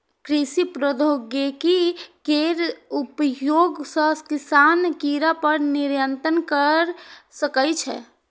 कृषि प्रौद्योगिकी केर उपयोग सं किसान कीड़ा पर नियंत्रण कैर सकै छै